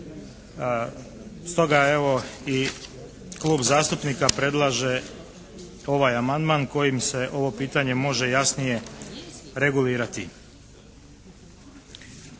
Stoga evo, i klub zastupnika predlaže ovaj amandman kojim se ovo pitanje može jasnije regulirati.